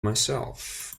myself